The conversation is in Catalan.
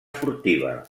furtiva